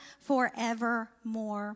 forevermore